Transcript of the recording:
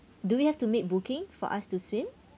do we have to make booking for us to swim